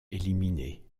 éliminé